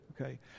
Okay